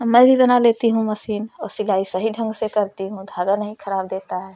अब मैं भी लेती हूँ मशीन और सिलाई सही ढंग से करती हूँ धागा नहीं खराब देता है